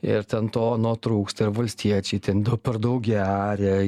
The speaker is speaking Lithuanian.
ir ten to ano trūksta ir valstiečiai ten per daug geria